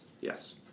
Yes